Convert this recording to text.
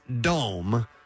Dome